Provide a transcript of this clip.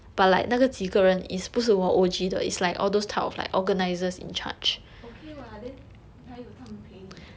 okay what then 还有他们陪你